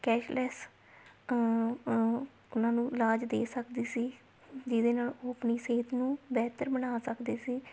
cashless ਇਨ੍ਹਾਂ ਨੂੰ ਇਲਾਜ ਦੇ ਸਕਦੀ ਸੀ ਜਿਹਦੇ ਨਾਲ ਉਹ ਆਪਣੀ ਸਿਹਤ ਨੂੰ ਬਿਹਤਰ ਬਣਾ ਸਕਦੇ ਸੀ